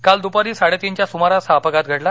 काल दूपारी साडेतीनच्या सुमारास हा अपघात घडला